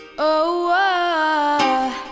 ohhh ah